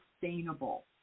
sustainable